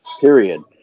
period